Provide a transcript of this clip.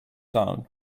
down